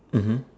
mmhmm